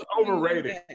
overrated